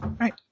Right